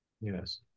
Yes